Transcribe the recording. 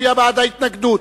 מצביע בעד ההתנגדות,